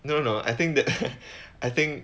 no no I think that I think